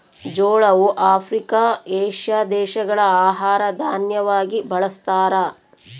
ಜೋಳವು Africa, Asia ದೇಶಗಳ ಆಹಾರ ದಾನ್ಯವಾಗಿ ಬಳಸ್ತಾರ